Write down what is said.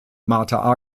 martha